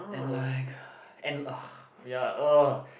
and like and ugh ya ugh